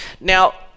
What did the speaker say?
Now